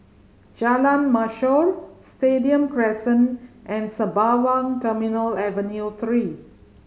Jalan Mashor Stadium Crescent and Sembawang Terminal Avenue Three